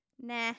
Nah